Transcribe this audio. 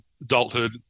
adulthood